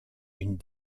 une